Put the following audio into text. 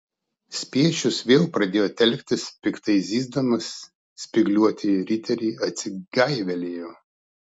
spiečius vėl pradėjo telktis piktai zyzdamas spygliuotieji riteriai atsigaivelėjo